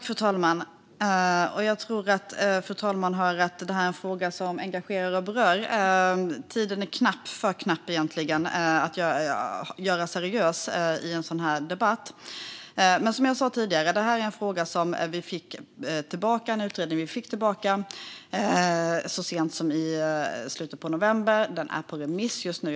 Fru talman! Jag tror att fru talmannen hör att detta är en fråga som engagerar och berör. Tiden är knapp, egentligen för knapp för att ha en seriös debatt. Men, som jag sa tidigare, vi fick utredningens betänkande så sent som i slutet av november. Det är på remiss just nu.